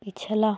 पिछला